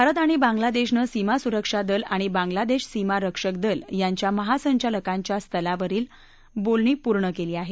भारत आणि बांग्लादेशाने सीमा सुरक्षा दल आणि बांग्लादेश सीमा रक्षक दल यांच्या महासंचालकांच्या स्तरावरील बोलणी पूर्ण केली आहेत